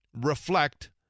reflect